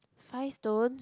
five stones